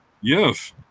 Yes